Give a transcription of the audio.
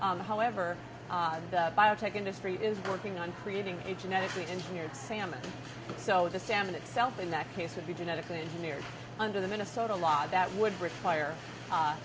for however odd that biotech industry is working on creating a genetically engineered salmon so the salmon itself in that case would be genetically engineered under the minnesota law that would require